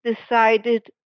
decided